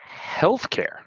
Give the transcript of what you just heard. Healthcare